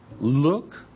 look